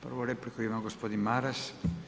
Prvu repliku ima gospodin Maras.